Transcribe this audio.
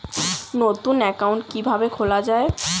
নতুন একাউন্ট কিভাবে খোলা য়ায়?